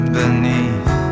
beneath